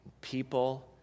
people